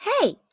Hey